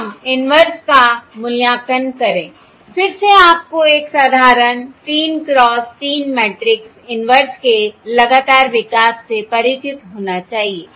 अब हम इन्वर्स का मूल्यांकन करें फिर से आपको एक साधारण 3 क्रॉस 3 मैट्रिक्स इन्वर्स के लगातार विकास से परिचित होना चाहिए